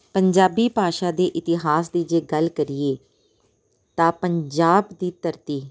ਪੰਜਾਬੀ ਭਾਸਾ ਦੇ ਇਤਿਹਾਸ ਦੀ ਜੇ ਗੱਲ ਕਰੀਏ ਤਾਂ ਪੰਜਾਬ ਦੀ ਧਰਤੀ